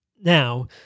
Now